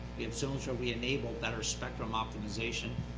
we have zones where we enable better spectrum optimization.